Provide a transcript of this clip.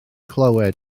clywed